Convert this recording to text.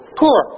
poor